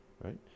right